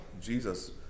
Jesus